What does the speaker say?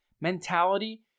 mentality